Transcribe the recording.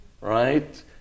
right